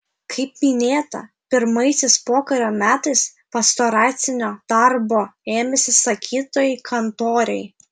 kaip minėta pirmaisiais pokario metais pastoracinio darbo ėmėsi sakytojai kantoriai